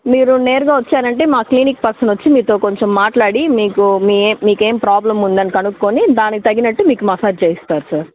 మీరు నేరుగా వచ్చారంటే మా క్లినిక్ పర్సన్ వచ్చి మీతో కొంచెం మాట్లాడి మీకు మీ ఏం మీకేం ప్రాబ్లెమ్ ఉందని కనుక్కొని దానికి తగినట్టు మీకు మసాజ్ చేస్తారు సార్